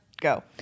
Go